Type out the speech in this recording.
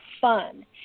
fun